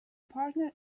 partner